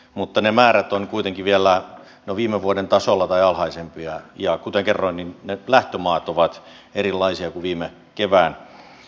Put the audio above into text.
mutta ne määrät ovat kuitenkin vielä viime vuoden tasolla tai alhaisempia ja kuten kerroin ne lähtömaat ovat erilaisia kuin viime kevään ilmiössä